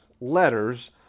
letters